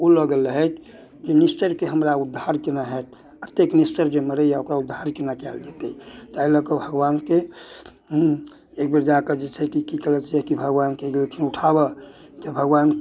ओ लऽ गेल रहथि जे निश्चरके हमर उद्धार केना हैत अतेक निश्चर जे मरैए ओकरा उद्धार केना कयल जायत तै लऽ कऽ भगवानके हूँ एकबेर जाकऽ जे छै कि की केलथि कि भगवानके गेलखिन उठाबऽ कि भगवान